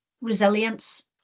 resilience